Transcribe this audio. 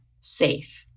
safe